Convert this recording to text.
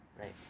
right